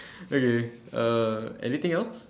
uh okay anything else